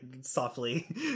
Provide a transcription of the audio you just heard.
softly